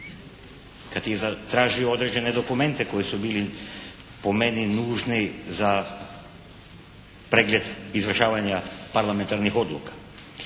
kad je zatražio određene dokumente koji su bili po meni nužni za pregled izvršavanja parlamentarnih odluka.